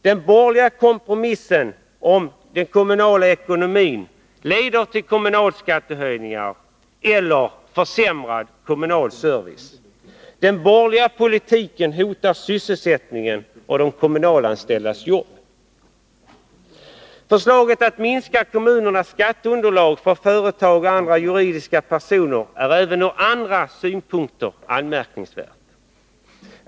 Den borgerliga kompromissen om den kommunala ekonomin leder till kommunalskattehöjningar eller försämrad kommunal service. Den borgerliga politiken hotar sysselsättningen och de kommunalanställdas jobb. Förslaget att minska kommunernas skatteunderlag från företag och andra juridiska personer är även ur andra synpunkter anmärkningsvärt.